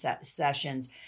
sessions